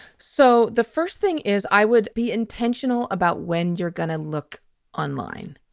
so the first thing is i would be intentional about when you're going to look online.